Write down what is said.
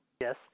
Yes